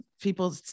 people